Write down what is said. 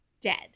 dead